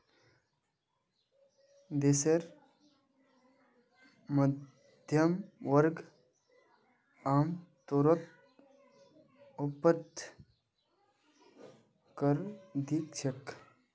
देशेर मध्यम वर्ग आमतौरत अप्रत्यक्ष कर दि छेक